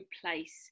place